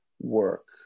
work